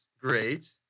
Great